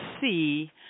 see